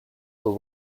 were